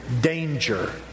danger